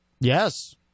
Yes